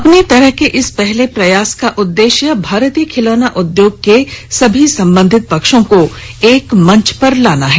अपनी तरह के इस पहले प्रयास का उददेश्य भारतीय खिलौना उदयोग के सभी संबंधित पक्षों को एक मंच पर लाना है